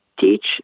teach